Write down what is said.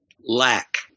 lack